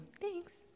thanks